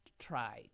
try